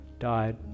Died